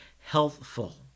healthful